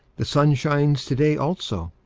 the sun shines to-day also.